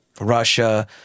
Russia